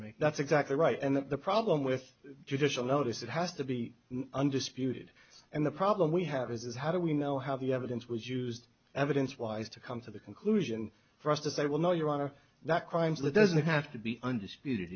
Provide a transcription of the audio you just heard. make that's exactly right and the problem with judicial notice it has to be undisputed and the problem we have is how do we know how the evidence was used evidence wise to come to the conclusion for us to say well no your honor that crimes that doesn't have to be undisputed